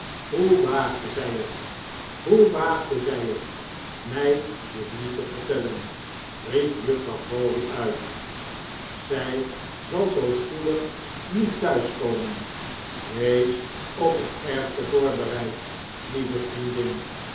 hoe waagde zij het hoe waagde zij het mij dit niet te vertellen riep juffrouw crawley uit zij zal zoo spoedig niet thuis komen wees op het ergste voorbereid lieve vriendin